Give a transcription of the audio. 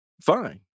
fine